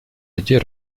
людей